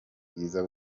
bwiza